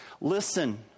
Listen